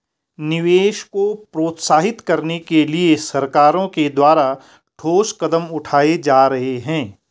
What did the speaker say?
निवेश को प्रोत्साहित करने के लिए सरकारों के द्वारा ठोस कदम उठाए जा रहे हैं